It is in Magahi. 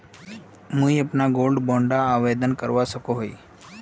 मुई अपना गोल्ड बॉन्ड आवेदन करवा सकोहो ही?